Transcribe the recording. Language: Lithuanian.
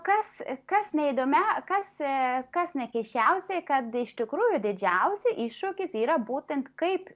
kas kas neįdomia kas kas nekeisčiausiai kad iš tikrųjų didžiausi iššūkis yra būtent kaip